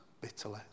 bitterly